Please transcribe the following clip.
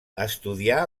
estudià